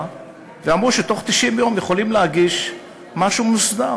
ואמרו שבתוך 90 יום יכולים להגיש משהו מוסדר.